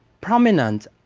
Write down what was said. prominent